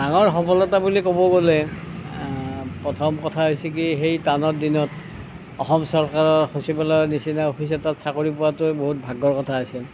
ডাঙৰ সফলতা বুলি ক'ব গ'লে প্ৰথম কথা হৈছে কি সেই টানৰ দিনত অসম চৰকাৰৰ সচিবালয়ৰ নিচিনা অফিচ এটাত চাকৰি পোৱাটোৱে বহুত ভাগ্যৰ কথা আছিল